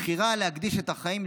בחירה להקדיש את החיים,